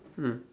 mm